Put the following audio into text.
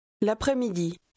L'après-midi